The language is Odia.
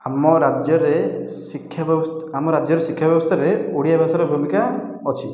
ଆମ ରାଜ୍ୟରେ ଶିକ୍ଷା ବ୍ୟବ ଆମ ରାଜ୍ୟରେ ଶିକ୍ଷା ବ୍ୟବସ୍ଥାରେ ଓଡ଼ିଆ ଭାଷାର ଭୂମିକା ଅଛି